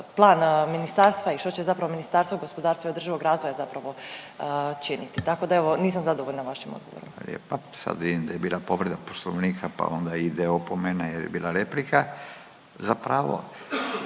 plan ministarstva i što će zapravo Ministarstvo gospodarstva i održivog razvoja zapravo činiti. Tako da, evo, nisam zadovoljna vašim odgovorom. **Radin, Furio (Nezavisni)** Hvala lijepa. Sad vidim da je bila povreda Poslovnika pa onda ide opomena jer je bila replika zapravo,